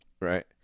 Right